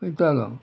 वयतालो